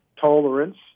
tolerance